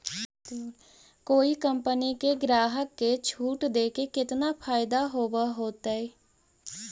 कोई कंपनी के ग्राहक के छूट देके केतना फयदा होब होतई?